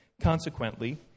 Consequently